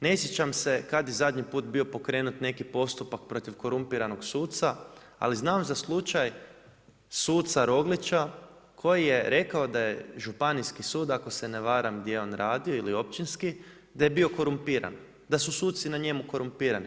Ne sjećam se kad je zadnji put bio pokrenut neki postupak protiv korumpiranog suca, ali znam za slučaj suca Roglića, koji je rekao da je županijski sud, ako se ne varam, gdje on radi ili općinski da je bio korumpiran, da su suci na njemu korumpirani.